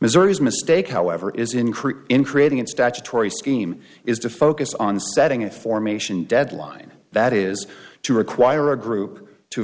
missouri's mistake however is increased in creating an statutory scheme is to focus on setting a formation deadline that is to require a group to